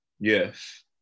Yes